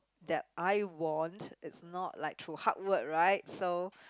that I won is not like through hard work right so